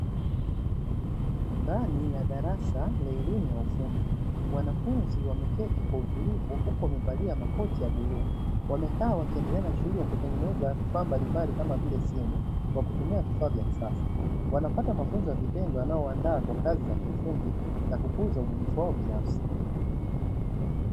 Ndani ya darasa la elimu ya ufundi wanafunzi wameketi kwa utulivu huku wamevalia makoti ya bluu, wamekaa wakiendelea na shughuli ya kutengeneza vifaa mbalimbali kama vile simu, kwa kutumia vifaa vya kisasa. Wanapata mafunzo ya vitendo yanayowaandaa kwa kazi za kiufundi na kukuza ubunifu wao binafsi.